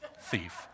thief